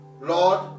Lord